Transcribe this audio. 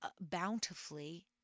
bountifully